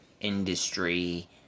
industry